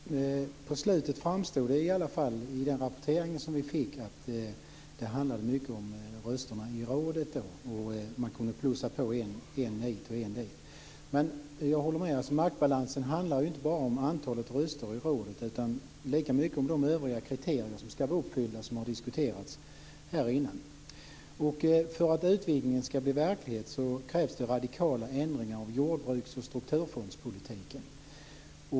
Fru talman! På slutet framstod det i alla fall av den rapportering som vi fick att det handlade mycket om rösterna i rådet, att man kunde plussa på en röst hit och en dit. Men jag håller med om att maktbalansen inte bara handlar om antalet röster i rådet utan lika mycket om de övriga kriterier som ska vara uppfyllda och som har diskuterats här innan. För att utvidgningen ska bli verklighet krävs det radikala ändringar av jordbruks och strukturfondspolitiken.